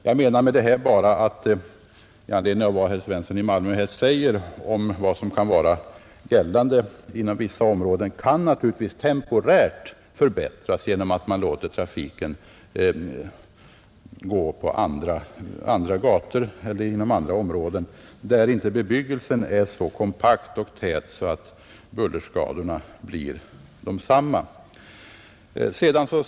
Jag menar med detta, i anledning av vad herr Svensson i Malmö säger om hur förhållandena kan vara inom vissa områden, att situationen naturligtvis kan förbättras temporärt genom att man låter trafiken gå på andra gator eller inom andra områden, där bebyggelsen inte är så kompakt och bullerskadorna blir mindre.